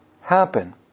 happen